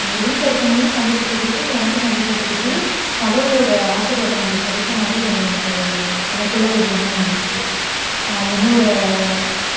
எங்கள் வீட்டில் இருக்கவங்களுக்கும் சந்தோஷத்தை கொடுக்குது எனக்கும் சந்தோஷத்தை கொடுக்குது கடவுளோடய ஆசீர்வாதம் நம்மளுக்கு கிடைச்ச மாதிரியும் ஒரு எனக்கு ஒரு எனக்குள்ளே ஒரு எண்ணம் வந்துச்சு என்னோடய